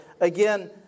again